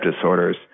disorders